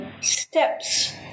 steps